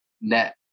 net